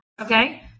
okay